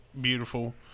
beautiful